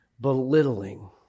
belittling